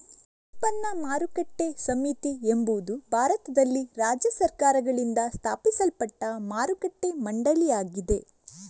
ಉತ್ಪನ್ನ ಮಾರುಕಟ್ಟೆ ಸಮಿತಿ ಎಂಬುದು ಭಾರತದಲ್ಲಿ ರಾಜ್ಯ ಸರ್ಕಾರಗಳಿಂದ ಸ್ಥಾಪಿಸಲ್ಪಟ್ಟ ಮಾರುಕಟ್ಟೆ ಮಂಡಳಿಯಾಗಿದೆ